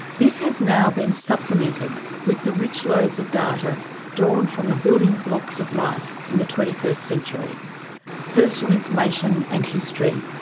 this has now been supplemented with the rich lodes of data drawn from the building blocks of life in the twenty first century personal information and history,